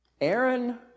Aaron